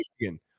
Michigan